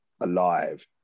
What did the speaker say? alive